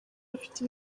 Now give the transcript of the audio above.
bafite